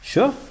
Sure